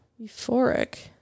Euphoric